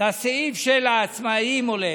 לסעיף של עצמאים או להפך,